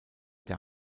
der